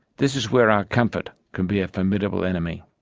this is where our comfort can be a formidable enemy.